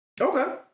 Okay